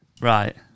Right